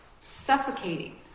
suffocating